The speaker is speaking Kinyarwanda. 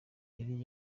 yari